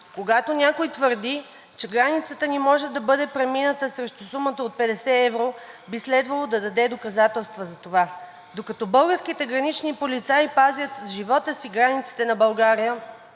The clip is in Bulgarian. Когато някой твърди, че границата ни може да бъде премината срещу сумата от 50 евро, би следвало да даде доказателства за това. Докато българските гранични полицаи пазят с живота границите на България